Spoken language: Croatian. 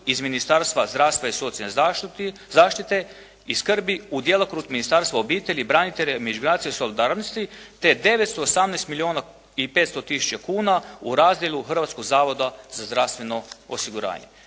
iz Ministarstva zdravstva i socijalne zaštite i skrbi u djelokrugu Ministarstva obitelji, branitelja i međugeneracijske solidarnosti te 918 milijuna i 500 tisuća kuna u razdjelu Hrvatskog zavoda za zdravstveno osiguranje.